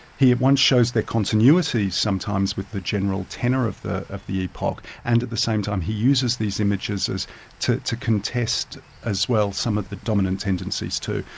he at once shows the continuity sometimes with the general tenor of the of the epoch, and at the same time he uses these images to to contest as well some of the dominant tendencies too.